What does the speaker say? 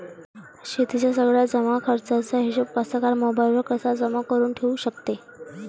शेतीच्या सगळ्या जमाखर्चाचा हिशोब कास्तकार मोबाईलवर कसा जमा करुन ठेऊ शकते?